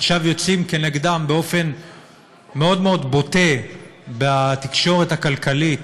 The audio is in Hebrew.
עכשיו יוצאים כנגדם באופן מאוד מאוד בוטה בתקשורת הכלכלית